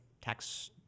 tax